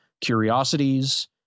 curiosities